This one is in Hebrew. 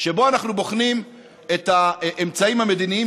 שבו אנחנו בוחנים את האמצעים המדיניים